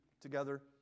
together